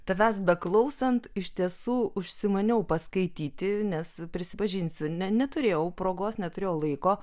tavęs beklausant iš tiesų užsimaniau paskaityti nes prisipažinsiu ne neturėjau progos neturėjau laiko